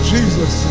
Jesus